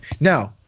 now